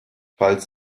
falls